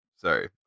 Sorry